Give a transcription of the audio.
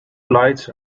lights